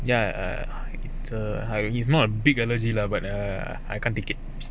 ya uh it's not a big allergy lah but err I can't take it